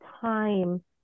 time